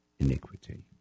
Iniquity